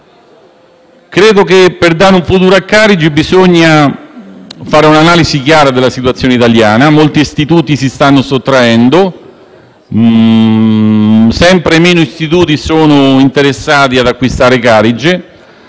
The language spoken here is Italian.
Ritengo che per dare un futuro a Carige bisogna fare un'analisi chiara della situazione italiana. Molti istituti si stanno sottraendo e appaiono sempre meno interessati ad acquistare Carige.